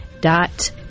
dot